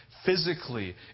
Physically